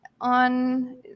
on